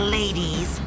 ladies